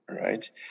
right